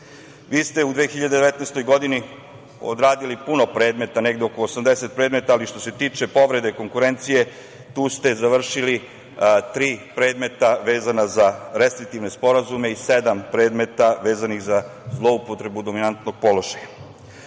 ste u 2019. godini odradili puno predmeta, negde oko 80 predmeta, ali što se tiče povrede konkurencije, tu ste završili tri predmeta vezana za restriktivne sporazume i sedam predmeta vezanih za zloupotrebu dominantnog položaja.U